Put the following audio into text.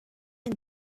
and